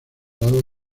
lado